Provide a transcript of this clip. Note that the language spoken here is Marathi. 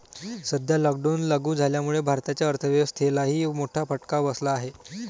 सध्या लॉकडाऊन लागू झाल्यामुळे भारताच्या अर्थव्यवस्थेलाही मोठा फटका बसला आहे